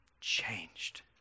changed